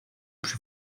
przy